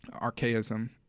archaism